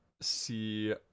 see